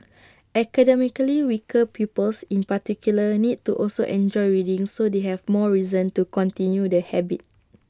academically weaker pupils in particular need to also enjoy reading so they have more reason to continue the habit